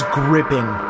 gripping